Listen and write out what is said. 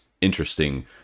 interesting